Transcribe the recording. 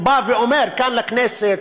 הוא בא ואומר כאן לכנסת,